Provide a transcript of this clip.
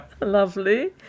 Lovely